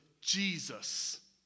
Jesus